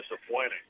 disappointing